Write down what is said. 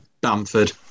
Bamford